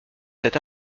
cet